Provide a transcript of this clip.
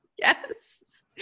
Yes